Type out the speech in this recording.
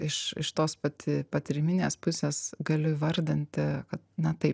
iš iš tos pati patyriminės pusės galiu įvardinti kad na taip